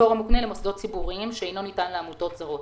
בפטור המוקנה למוסדות ציבוריים שאינו ניתן לעמותות זרות.